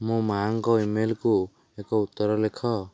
ମୋ ମାଆ ଙ୍କ ଇମେଲକୁ ଏକ ଉତ୍ତର ଲେଖ